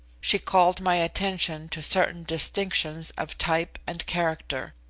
she called my attention to certain distinctions of type and character.